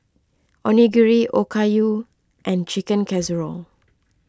Onigiri Okayu and Chicken Casserole